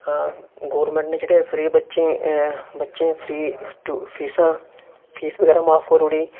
government ने जेह्ड़े free बच्चें गी बच्चें गी फी फीसां फीस बगैरा माफ करी उड़ी